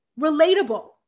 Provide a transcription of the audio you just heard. relatable